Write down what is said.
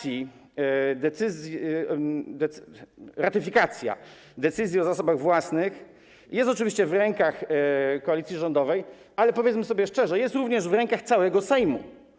Jeśli chodzi o ratyfikację, decyzja o zasobach własnych jest oczywiście w rękach koalicji rządowej, ale, powiedzmy sobie szczerze, jest również w rękach całego Sejmu.